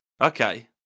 Okay